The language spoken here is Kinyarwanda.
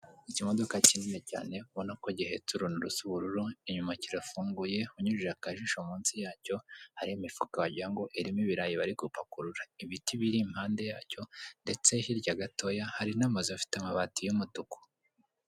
Ikimodoka kinini cyane kubona ko gihetse uruntu rusa ubururu inyuma kirafunguye, unyujije akajisho munsi yacyo hari imifuka wagirango ngo irimo ibirayi bari gupakurura. Ibiti biripande yacyo ndetse hirya gatoya hari n'amazu afite amabati y'umutuku.